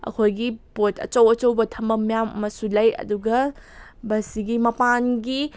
ꯑꯩꯈꯣꯏꯒꯤ ꯄꯣꯠ ꯑꯆꯧ ꯑꯆꯧꯕ ꯊꯝꯐꯝ ꯃꯌꯥꯝ ꯑꯃꯁꯨ ꯂꯩ ꯑꯗꯨꯒ ꯕꯁꯁꯤꯒꯤ ꯃꯄꯥꯟꯒꯤ